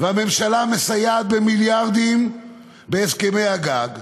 והממשלה מסייעת במיליארדים בהסכמי הגג,